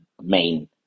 main